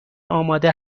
آماده